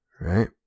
Right